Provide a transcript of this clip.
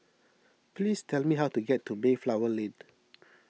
please tell me how to get to Mayflower Lane